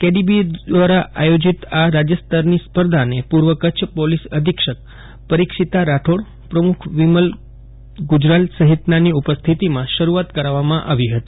KDBA દ્વારા આયોજીત આ રાજ્યસ્તરની સ્પર્ધાને પુર્વ કચ્છ પોલીસ અધિક્ષક પરીક્ષિતા રાઠોડ પ્રમુખ વિમલ ગુજરાલ સફિતનાની ઉપસ્થીતીમાં શરુઆત કરાવવામાં આવી હતી